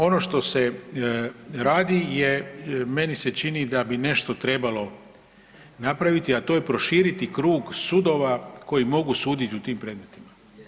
Ono što se radi je meni se čini da bi nešto trebalo napraviti, a to je proširiti krug sudova koji mogu suditi u tim predmetima.